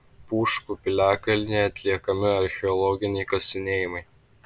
pūškų piliakalnyje atliekami archeologiniai kasinėjimai